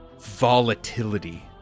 volatility